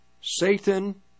Satan